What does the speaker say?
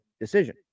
decision